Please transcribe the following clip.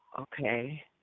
Okay